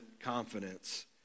confidence